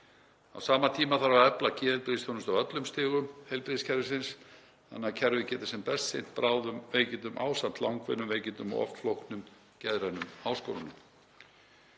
Á sama tíma þarf að efla geðheilbrigðisþjónustu á öllum stigum heilbrigðiskerfisins þannig að kerfið geti sem best sinnt bráðum veikindum ásamt langvinnum veikindum og oft flóknum geðrænum áskorunum.